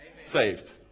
Saved